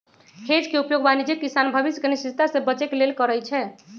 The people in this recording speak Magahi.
हेज के उपयोग वाणिज्यिक किसान भविष्य के अनिश्चितता से बचे के लेल करइ छै